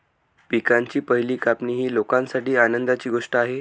पिकांची पहिली कापणी ही लोकांसाठी आनंदाची गोष्ट आहे